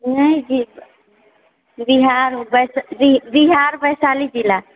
नहीं जी बिहार वैशा बिहार वैशाली ज़िला